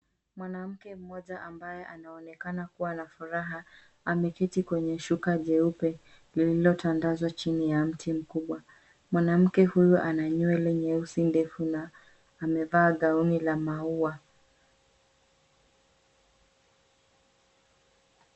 Mwanamke moja ambaye anaonekana kuwa na furaha ameketi kwenye shuka jeupe lililotandazwa chini ya mti mkubwa. Mwanamke huyo ana nywele nyeusi ndefu na amevaa gauni la maua.